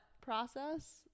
process